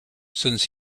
since